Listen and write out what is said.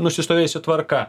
nusistovėjusi tvarka